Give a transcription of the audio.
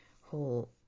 whole